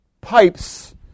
pipes